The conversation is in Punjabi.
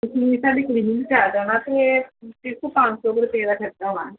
ਤੁਸੀਂ ਸਾਡੇ ਕਲੀਨਿਕ 'ਤੇ ਆ ਜਾਣਾ ਅਤੇ ਸਿਰਫ ਪੰਜ ਸੌ ਰੁਪਏ ਦਾ ਖਰਚਾ ਹੋਣਾ